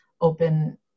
open